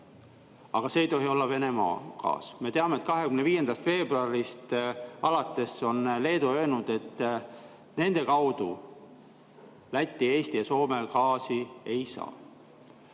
Aga see ei tohi olla Venemaa gaas. Me teame, et 25. veebruarist alates on Leedu öelnud, et nende kaudu Läti, Eesti ja Soome gaasi ei saa.